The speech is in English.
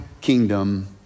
kingdom